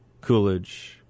Coolidge